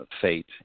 fate